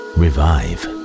revive